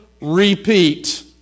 repeat